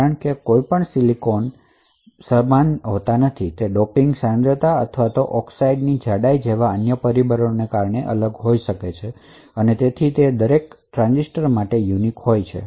કારણ કે કોઈ પણ સિલિકોન વેફર બરાબર સમાન હોતા નથી તે ડોપિંગ સાંદ્રતા અથવા ઑક્સાઇડની જાડાઈ જેવા અન્ય પરિબળોને કારણે હોઈ શકે છે અને તે દરેક ટ્રાંઝિસ્ટર માટે અનન્ય હોય છે